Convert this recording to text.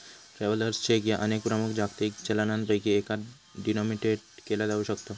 travellers cheque ह्या अनेक प्रमुख जागतिक चलनांपैकी एकात डिनोमिनेटेड केला जाऊ शकता